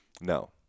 No